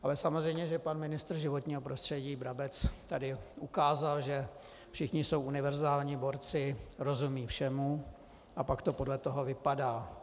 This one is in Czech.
Ale samozřejmě, že pan ministr životního prostředí Brabec ukázal, že všichni jsou univerzální borci, rozumí všemu, a pak to podle toho vypadá.